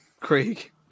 Craig